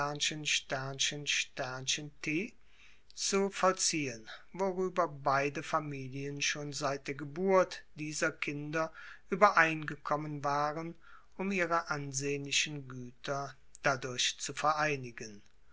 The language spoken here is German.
zu vollziehen worüber beide familien schon seit der geburt dieser kinder übereingekommen waren um ihre ansehnlichen güter dadurch zu vereinigen